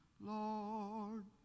lord